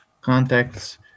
contacts